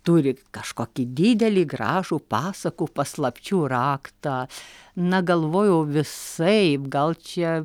turi kažkokį didelį gražų pasakų paslapčių raktą na galvojau visaip gal čia